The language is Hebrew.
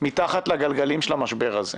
מתחת לגלגלים של המשבר הזה.